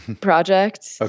project